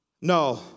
No